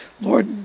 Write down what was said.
Lord